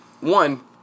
one